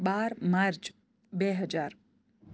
બાર માર્ચ બે હજાર